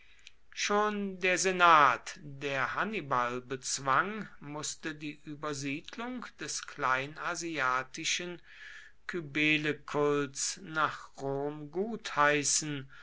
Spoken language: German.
schon der senat der hannibal bezwang mußte die übersiedlung des kleinasiatischen kybelekults nach rom gutheißen